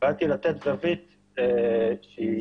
באתי לתת זווית שהיא